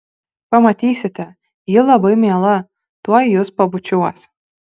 pamatysite ji labai miela tuoj jus pabučiuos